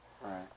Right